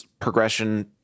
progression